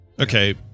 Okay